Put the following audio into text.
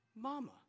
mama